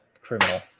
Criminal